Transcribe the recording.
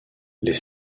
les